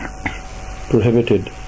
prohibited